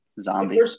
zombie